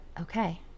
okay